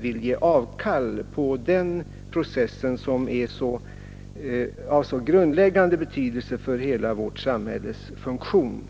vill ge avkall på den processen, som ju är av så grundläggande betydelse för vårt samhälles funktion.